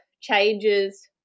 changes